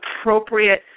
appropriate